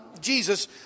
Jesus